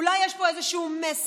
אולי יש פה איזשהו מסר.